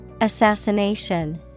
Assassination